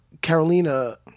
Carolina